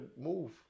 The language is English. move